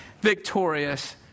victorious